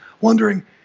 wondering